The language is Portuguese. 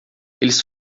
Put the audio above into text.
eles